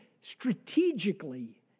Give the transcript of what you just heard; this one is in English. strategically